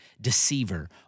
deceiver